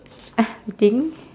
uh I think